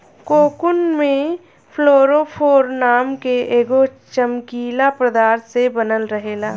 cocoon में fluorophore नाम के एगो चमकीला पदार्थ से बनल रहेला